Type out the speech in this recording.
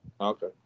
Okay